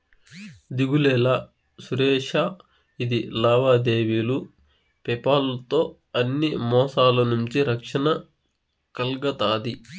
దిగులేలా సురేషా, ఇది లావాదేవీలు పేపాల్ తో అన్ని మోసాల నుంచి రక్షణ కల్గతాది